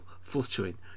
fluttering